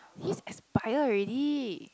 his expire already